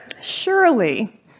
Surely